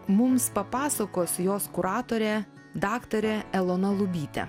mums papasakos jos kuratorė daktarė elona lubytė